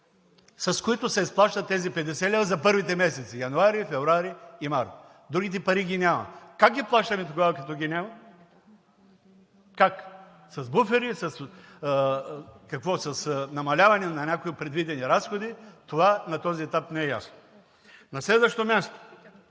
с които се изплащат тези 50 лв. за първите месеци – януари, февруари и март. Другите пари ги няма. Как ги плащаме тогава, като ги няма? Как? С буфери, с какво – с намаляване на някои предвидени разходи, това на този етап не е ясно. На следващо място,